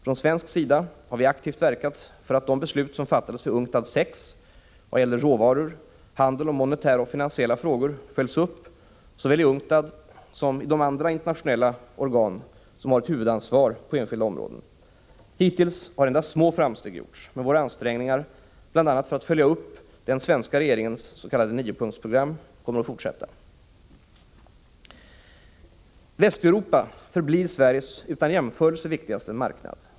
Från svensk sida har vi aktivt verkat för att de beslut som fattades vid UNCTAD VI vad gäller råvaror, handel och monetära och finansiella frågor följs upp såväl i UNCTAD som i de andra internationella organ som har ett huvudansvar på enskilda områden. Hittills har endast små framsteg gjorts, men våra ansträngningar, bl.a. för att följa upp den svenska regeringens s.k. niopunktsprogram, kommer att fortsätta. Västeuropa förblir Sveriges utan jämförelse viktigaste marknad.